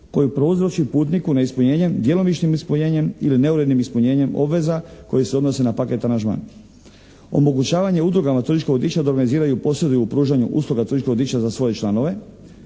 koju prouzroči putniku neispunjenjem, djelomičnim ispunjenjem ili neurednim ispunjenjem obveza koji se odnose na paket aranžman. Omogućavanje udrugama turističkog vodiča da organiziraju i posreduju u pružanju usluga turističkog vodiča za svoje članove,